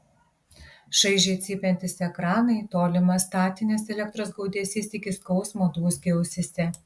šaižiai cypiantys ekranai tolimas statinės elektros gaudesys iki skausmo dūzgė ausyse